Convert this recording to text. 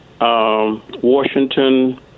Washington